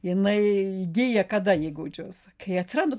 jinai įgija kada įgūdžius kai atsiranda